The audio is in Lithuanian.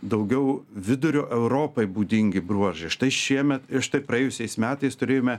daugiau vidurio europai būdingi bruožai štai šiemet štai praėjusiais metais turėjome